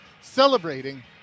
celebrating